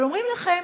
אבל אומרים לכם: